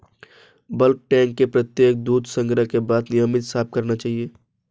bulk tank को प्रत्येक दूध संग्रह के बाद नियमित साफ करना चाहिए